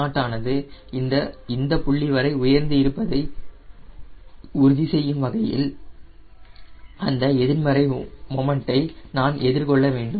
Cm0 ஆனது இந்த புள்ளி வரை உயர்ந்து இருப்பதை உறுதி செய்யும் வகையில் அந்த எதிர்மறை மொமன்டை நான் எதிர்கொள்ள வேண்டும்